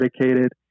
dedicated